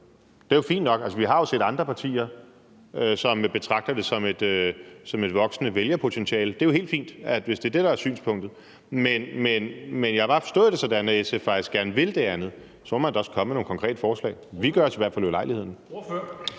det er jo fint nok. Altså, vi har set jo andre partier, som betragter det som et voksende vælgerpotentiale; det er jo helt fint, hvis det er det, der er synspunktet. Men jeg har bare forstået det sådan, at SF faktisk gerne vil det andet, og så må man jo også komme med nogle konkrete forslag. Vi gør os i hvert fald ulejligheden.